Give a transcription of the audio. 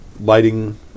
lighting